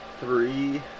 three